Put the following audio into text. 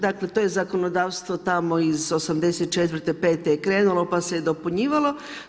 Dakle, to je zakonodavstvo tamo iz '84., pete je krenulo pa se je dopunjivalo.